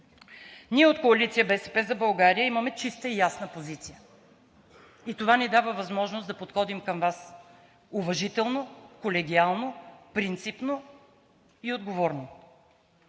Ние от Коалиция „БСП за България“ имаме чиста и ясна позиция и това ни дава възможност да подходим към Вас, уважително, колегиално, принципно и отговорно.